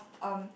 um